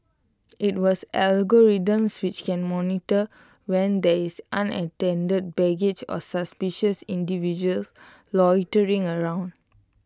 IT was algorithms which can monitor when there is unattended baggage or suspicious individuals loitering around